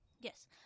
yes